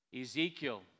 Ezekiel